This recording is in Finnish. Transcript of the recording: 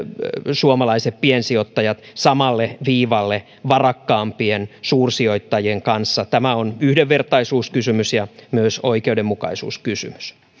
suomalaiset piensijoittajat samalle viivalle varakkaampien suursijoittajien kanssa tämä on yhdenvertaisuuskysymys ja myös oikeudenmukaisuuskysymys